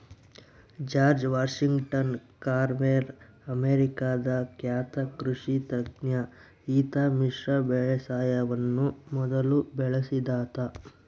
George Washington Carver ಅಮೇರಿಕಾದ ಖ್ಯಾತ ಕೃಷಿ ತಜ್ಞ ಈತ ಮಿಶ್ರ ಬೇಸಾಯವನ್ನು ಮೊದಲು ಬಳಸಿದಾತ